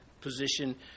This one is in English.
position